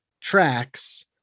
tracks